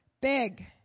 Big